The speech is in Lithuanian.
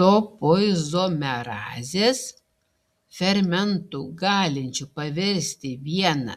topoizomerazės fermentų galinčių paversti vieną